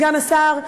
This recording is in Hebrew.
סגן השר,